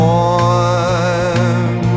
Warm